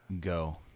go